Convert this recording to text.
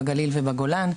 בגליל ובגולן.